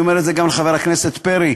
אני אומר את זה גם לחבר הכנסת פרי.